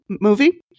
movie